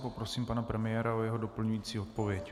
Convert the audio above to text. Poprosím pana premiéra o jeho doplňující odpověď.